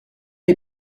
les